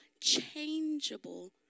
changeable